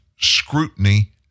scrutiny